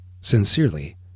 Sincerely